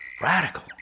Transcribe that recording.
radical